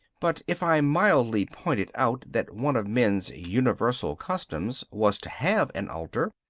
but if i mildly pointed out that one of men's universal customs was to have an altar,